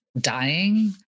dying